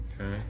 Okay